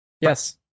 Yes